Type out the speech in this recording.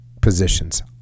positions